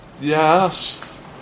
Yes